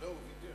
לא, הוא ויתר.